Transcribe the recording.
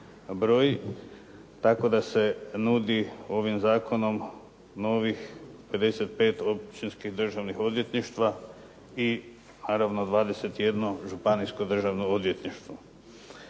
tako da se nudi ovim zakonom novih 55 općinskih državnih odvjetništva i naravno 21 županijsko državno odvjetništvo.